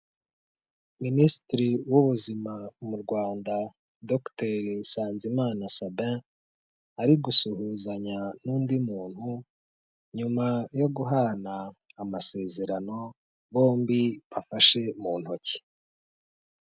Minisitiri w'ubuzima mu Rwanda Dr Nsanzimana Sabin ari gusuhuzanya n'undi muntu nyuma yo guhana amasezerano bombi bafashe mu ntoki.